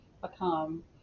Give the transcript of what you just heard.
Become